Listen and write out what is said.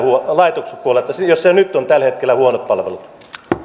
laitospuolelta jolla jo nyt on tällä hetkellä huonot palvelut